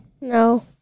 No